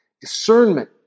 Discernment